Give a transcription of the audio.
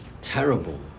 terrible